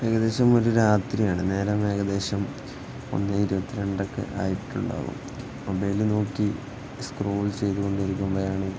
ഏകദേശം ഒരു രാത്രിയാണ് നേരം ഏകദേശം ഒന്ന് ഇരുപത്തി രണ്ടൊക്കെ ആയിട്ടുണ്ടാവും മൊബൈലില് നോക്കി സ്ക്രോൾ ചെയ്തുകൊണ്ടിരിക്കുമ്പോഴാണ്